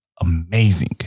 amazing